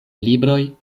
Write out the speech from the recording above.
libroj